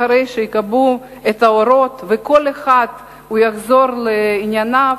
אחרי שייכבו האורות וכל אחד יחזור לענייניו,